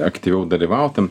aktyviau dalyvautum